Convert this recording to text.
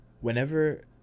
whenever